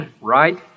right